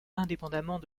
indépendamment